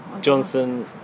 Johnson